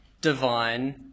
divine